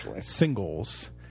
singles